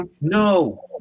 No